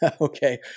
Okay